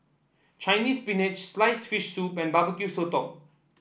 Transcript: Chinese Spinach sliced fish soup and Barbecue Sotong